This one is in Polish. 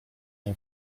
nią